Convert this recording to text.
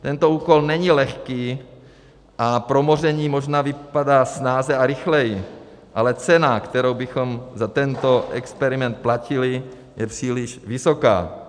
Tento úkol není lehký a promoření možná vypadá snáze a rychleji, ale cena, kterou bychom za tento experiment platili, je příliš vysoká.